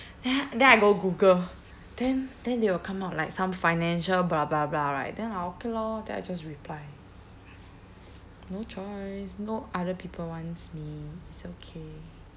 then then I go Google then then they will come out like some financial blah blah blah right then I okay lor then I just reply no choice no other people wants me it's okay